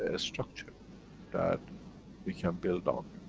ah structure that we can build on.